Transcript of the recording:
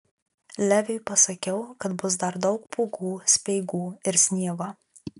leviui pasakiau kad bus dar daug pūgų speigų ir sniego